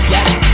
Yes